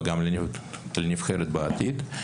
וגם לנבחרת בעתיד,